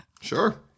Sure